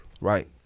Right